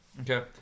Okay